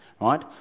right